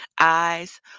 Eyes